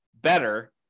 better